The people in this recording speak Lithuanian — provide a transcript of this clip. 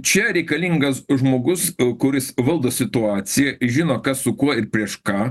čia reikalingas žmogus kuris valdo situaciją žino kas su kuo ir prieš ką